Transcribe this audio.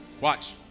Watch